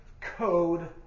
code